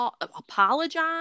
apologize